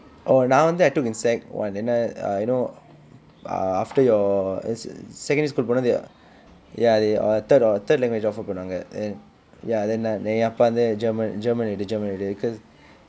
oh நான் வந்து:naan vanthu I took in sec one ஏனா:aenaa uh you know after your secondary school போனது:ponathu ya dey err third or third language offer பண்ணாங்க:pannaanga then ya then நான் என் அப்பா வந்து:naan en appaa vanthu german german எடு:edu german எடு:edu cause